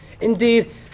Indeed